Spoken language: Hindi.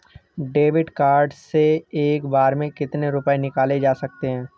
डेविड कार्ड से एक बार में कितनी रूपए निकाले जा सकता है?